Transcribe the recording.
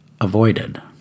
avoided